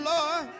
Lord